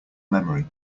memory